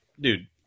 dude